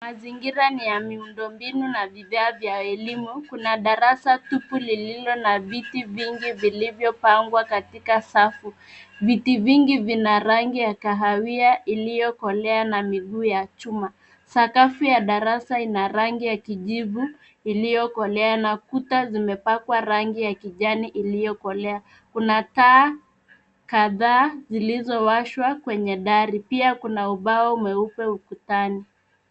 Mazingira ni ya miundo mbinu na bidhaa vya elimu. Kuna darasa tupu lililo na viti vingi vilivyopangwa katika safu. Viti vingi vina rangi ya kahawia iliyokolea na miguu ya chuma. Sakafu ya darasa ina rangi ya kijivu iliyokolea na kuta zimepakwa rangi ya kijani iliyokolea. Kuna taa kadhaa zilizowashwa kwenye dari. Pia kuna ubao mweupe ukutani.